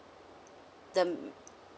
the